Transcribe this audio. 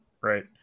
right